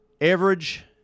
average